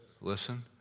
Listen